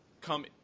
come